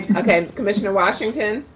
okay, commissioner washington.